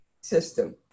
system